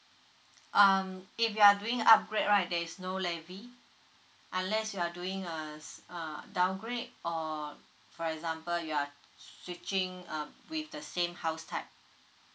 um if you are doing upgrade right there is no levy unless you are doing a s~ uh downgrade or for example you are switching uh with the same house type